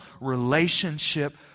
relationship